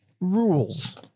rules